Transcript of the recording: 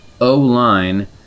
O-line